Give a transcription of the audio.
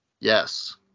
Yes